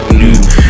new